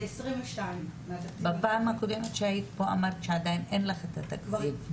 ל-2022 --- בפעם הקודמת שהיית פה אמרת שעדיין אין לך את התקציב.